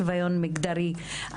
שוויון מגדרי.